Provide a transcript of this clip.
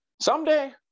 someday